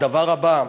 הדבר הבא,